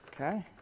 Okay